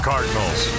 Cardinals